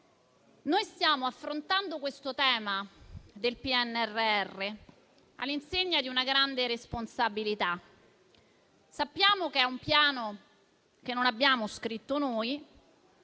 stiamo affrontando il tema del PNRR all'insegna di una grande responsabilità. Sappiamo che è un piano che non abbiamo scritto noi